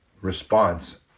response